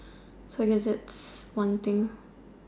so I guess that's one thing